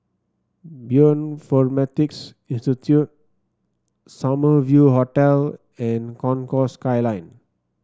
Bioinformatics Institute Summer View Hotel and Concourse Skyline